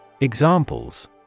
Examples